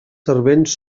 servents